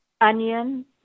onion